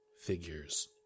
figures